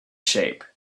shape